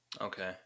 Okay